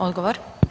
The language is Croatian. Odgovor.